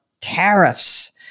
tariffs